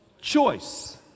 choice